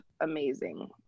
amazing